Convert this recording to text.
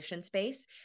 space